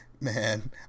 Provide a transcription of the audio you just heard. man